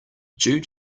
due